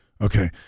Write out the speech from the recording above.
Okay